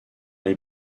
les